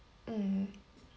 mm